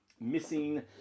missing